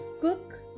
cook